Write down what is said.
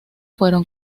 fueron